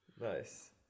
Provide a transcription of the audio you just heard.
Nice